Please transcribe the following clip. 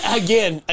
again